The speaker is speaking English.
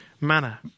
manner